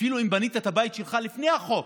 אפילו אם בנית את הבית שלך לפני החוק,